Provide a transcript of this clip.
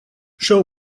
show